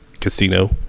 Casino